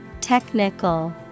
Technical